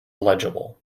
illegible